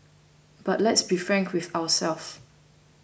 but let's be frank with ourselves